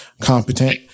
competent